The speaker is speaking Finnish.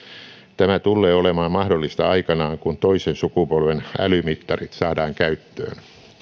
tämä tullee olemaan mahdollista aikanaan kun toisen sukupolven älymittarit saadaan käyttöön